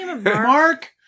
Mark